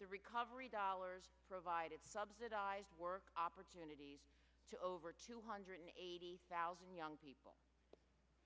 the recovery dollars provided subsidized work opportunities to over two hundred eighty thousand young people